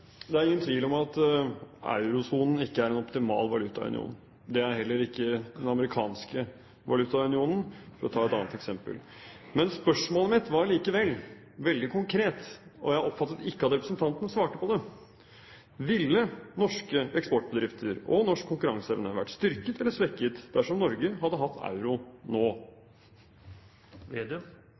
eurosonen ikke er en optimal valutaunion. Det er heller ikke den amerikanske valutaunionen, for å ta et annet eksempel. Men spørsmålet mitt var likevel veldig konkret, og jeg oppfattet ikke at representanten svarte på det: Ville norske eksportbedrifter og norsk konkurranseevne vært styrket eller svekket dersom Norge hadde hatt euro nå?